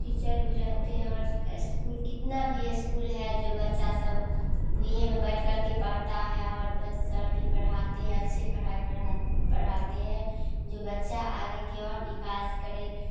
teacher भी रहते हैं और इस्कूल कितना भी इस्कूल है जो बच्चा सब भुइयें में बैठ करके पढ़ता है और बस सर भी पढ़ाते हैं अच्छे पढ़ा पढ़ाई पढ़ाते हैं जो बच्चा आगे की ओर विकास करे